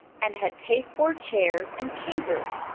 and had pasteboard chairs and tables,